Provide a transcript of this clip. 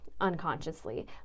unconsciously